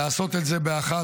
לעשות את זה באחת.